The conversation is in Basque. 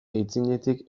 aitzinetik